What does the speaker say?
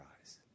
eyes